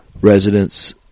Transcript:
Residents